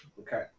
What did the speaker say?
Okay